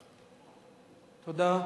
תודה.